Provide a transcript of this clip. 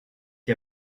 qui